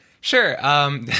Sure